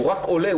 הוא רק עולה.